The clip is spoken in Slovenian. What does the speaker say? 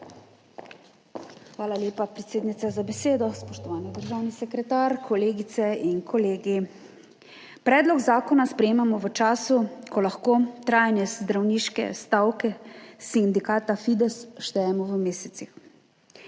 Hvala lepa, predsednica za besedo. Spoštovani državni sekretar, kolegice in kolegi. Predlog zakona sprejemamo v času, ko lahko trajanje zdravniške stavke sindikata Fides štejemo v mesecih.